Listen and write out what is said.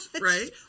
right